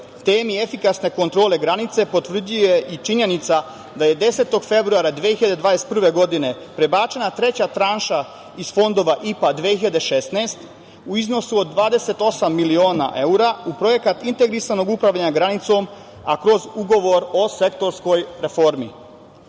temi efikasne kontrole granice potvrđuje i činjenica da je 10. februara 2021. godine, prebačena treća tranša iz fondova IPA 2016. u iznosu od 28 miliona evra, u projekat integrisanog upravljanja granicom, a kroz ugovor o sektorskoj reformi. Glavni